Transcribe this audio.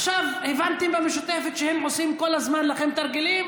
עכשיו הבנתם במשותפת שהם כל הזמן עושים לכם תרגילים?